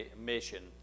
mission